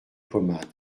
pommade